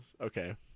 Okay